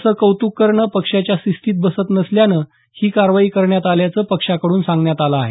असं कौतुक करणं पक्षाच्या शिस्तीत बसत नसल्यानं ही कारवाई करण्यात आल्याचं पक्षाकडून सांगण्यात आलं आहे